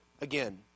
again